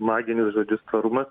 maginius žodžius tvarumas